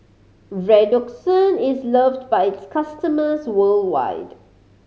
Redoxon is loved by its customers worldwide